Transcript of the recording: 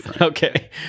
Okay